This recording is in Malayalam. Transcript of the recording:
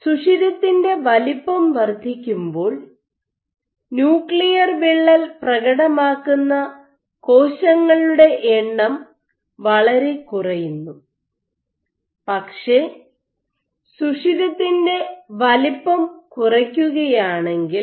സുഷിരത്തിൻ്റെ വലിപ്പം വർദ്ധിക്കുമ്പോൾ ന്യൂക്ലിയർ വിള്ളൽ പ്രകടമാക്കുന്ന കോശങ്ങളുടെ എണ്ണം വളരെ കുറയുന്നു പക്ഷേ സുഷിരത്തിൻ്റെ വലിപ്പം കുറയ്ക്കുകയാണെങ്കിൽ